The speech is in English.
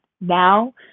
now